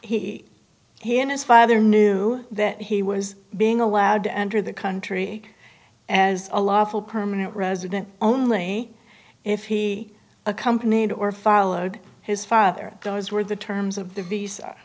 he he and his father knew that he was being allowed to enter the country as a law full permanent resident only if he accompanied or followed his father those were the terms of the visa